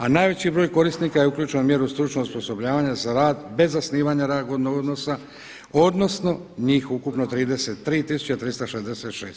A najveći broj korisnika je uključeno u mjeru stručno osposobljavanje za rad bez zasnivanja radnog odnosa, odnosno njih ukupno 33366.